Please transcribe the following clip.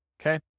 okay